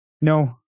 No